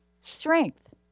Strength